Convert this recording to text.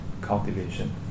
cultivation